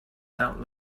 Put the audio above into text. out